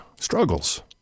struggles